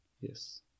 Yes